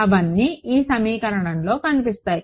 అవన్నీ ఈ సమీకరణంలో కనిపిస్తాయి